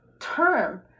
term